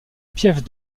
piève